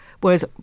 Whereas